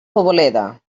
poboleda